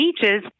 beaches